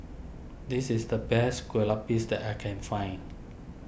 this is the best Kueh Lupis that I can find